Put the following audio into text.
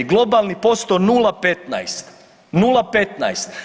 Globalni posto 0,15. 0,15.